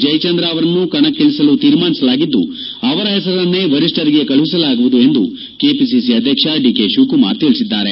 ಜಯಚಂದ್ರ ಅವರನ್ನು ಕಣಕ್ಕಿಳಸಲು ತೀರ್ಮಾನಿಸಲಾಗಿದ್ದು ಅವರ ಪೆಸರನ್ನೇ ವಿಷ್ಠರಿಗೆ ಕಳುಹಿಸಲಾಗುವುದು ಎಂದು ಕೆಪಿಸಿಸಿ ಅಧ್ಯಕ್ಷ ಡಿಕೆ ಶಿವಕುಮಾರ್ ತಿಳಿಸಿದ್ದಾರೆ